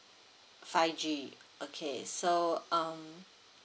uh five G okay so um